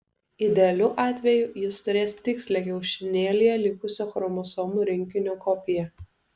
idealiu atveju jis turės tikslią kiaušinėlyje likusio chromosomų rinkinio kopiją